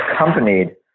accompanied